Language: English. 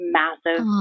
massive